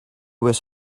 was